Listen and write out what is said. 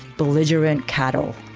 belligerent cattle.